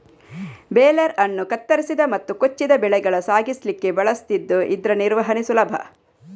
baler ಅನ್ನು ಕತ್ತರಿಸಿದ ಮತ್ತು ಕೊಚ್ಚಿದ ಬೆಳೆಗಳ ಸಾಗಿಸ್ಲಿಕ್ಕೆ ಬಳಸ್ತಿದ್ದು ಇದ್ರ ನಿರ್ವಹಣೆ ಸುಲಭ